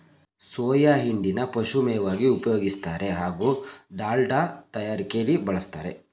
soya ಹಿಂಡಿನ ಪಶುಮೇವಾಗಿ ಉಪಯೋಗಿಸ್ತಾರೆ ಹಾಗೂ ದಾಲ್ಡ ತಯಾರಿಕೆಲಿ ಬಳುಸ್ತಾರೆ